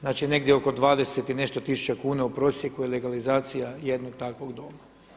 Znači negdje oko 20 i nešto tisuća kuna u prosjeku je legalizacija jednog takvog doma.